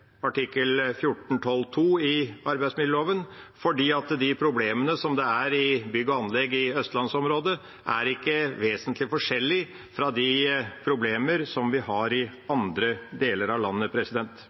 de problemene som er i bygg og anlegg i Østlands-området, er ikke vesentlig forskjellig fra de problemer som vi har i andre deler av landet.